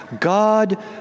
God